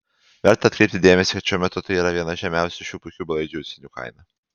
verta atkreipti dėmesį kad šiuo metu tai yra viena žemiausių šių puikių belaidžių ausinių kaina